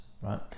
right